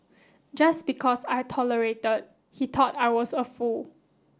just because I tolerated he thought I was a fool